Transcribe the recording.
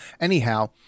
Anyhow